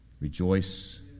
Rejoice